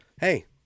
Hey